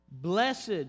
Blessed